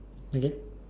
again